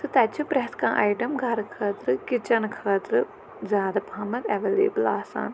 تہٕ تَتہِ چھِ پرٮ۪تھ کانٛہہ آیٹم گَرٕ خٲطرٕ کِچَن خٲطرٕ زیادٕ پَہمَتھ اٮ۪وٮ۪لیبٕل آسان